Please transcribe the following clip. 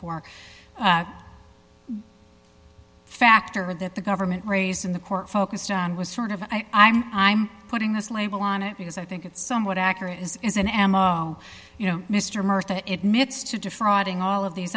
four factor that the government raised in the court focused on was sort of i'm i'm putting this label on it because i think it's somewhat accurate is is an ammo you know mr murtha it mit's to defrauding all of these